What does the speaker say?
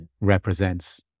represents